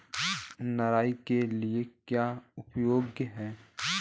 निराई के लिए क्या उपयोगी है?